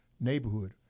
neighborhood